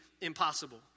impossible